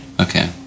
Okay